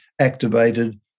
activated